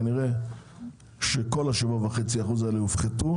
וכנראה שכולם יופחתו.